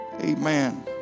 amen